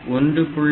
7 Port1